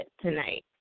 tonight